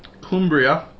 Cumbria